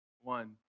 One